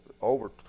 over